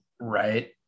right